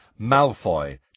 Malfoy